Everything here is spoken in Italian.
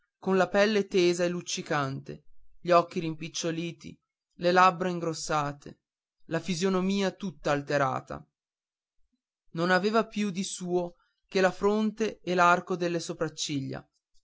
con la pelle tesa e luccicante gli occhi rimpiccioliti le labbra ingrossate la fisionomia tutta alterata non aveva più di suo che la fronte e l'arco delle sopracciglia